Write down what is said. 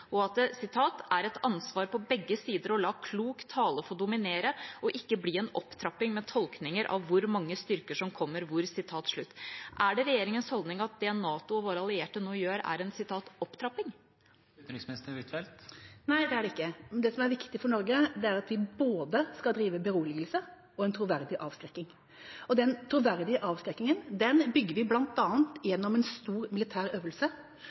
er det et ansvar på begge sider om å la klok tale få dominere, og ikke la det bli en opptrapping med tolkninger av «hvor mange styrker som kommer hvor».» Er det regjeringas holdning at det NATO og våre allierte nå gjør, er en «opptrapping»? Nei, det er det ikke. Det som er viktig for Norge, er at vi både skal drive beroligelse og en troverdig avskrekking, og den troverdige avskrekkingen bygger vi bl.a. gjennom en stor militær øvelse